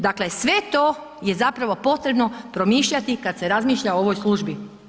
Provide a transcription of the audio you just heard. Dakle sve to je zapravo potrebno promišljati kada se razmišlja o ovoj službi.